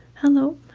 hello,